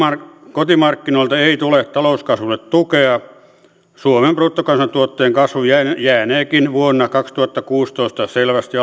kotimarkkinoilta ei tule talouskasvulle tukea suomen bruttokansantuotteen kasvu jääneekin vuonna kaksituhattakuusitoista selvästi